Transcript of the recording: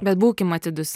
bet būkim atidūs